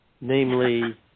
namely